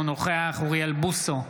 אינו נוכח אוריאל בוסו,